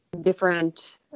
different